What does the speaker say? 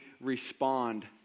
respond